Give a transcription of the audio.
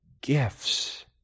gifts